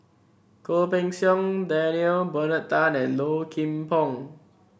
Goh Pei Siong Daniel Bernard Tan and Low Kim Pong